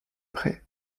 prés